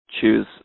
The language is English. choose